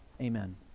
Amen